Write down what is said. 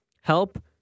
help